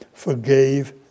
forgave